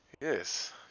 Yes